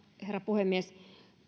herra puhemies